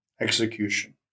Execution